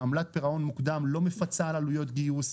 עמלת הפירעון המוקדם לא מפצה על עלויות גיוס,